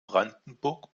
brandenburg